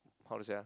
how to say ah